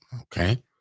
okay